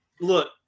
look